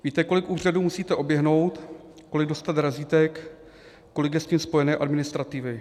Víte, kolik úřadů musíte oběhnout, kolik dostat razítek, kolik je s tím spojené administrativy.